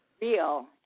Real